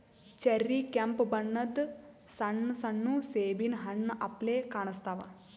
cherry ಕೆಂಪ್ ಬಣ್ಣದ್ ಸಣ್ಣ ಸಣ್ಣು ಸೇಬಿನ್ ಹಣ್ಣ್ ಅಪ್ಲೆ ಕಾಣಸ್ತಾವ್